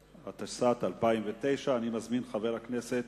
התשס”ט 2009. אני מזמין את חבר הכנסת